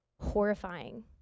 horrifying